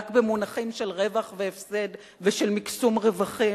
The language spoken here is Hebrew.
רק במונחים של רווח והפסד ושל מקסום רווחים,